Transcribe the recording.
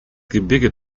gebirge